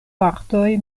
partoj